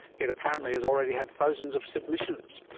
yet apparently has already had thousands of submissions.